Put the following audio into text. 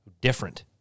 different